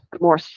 more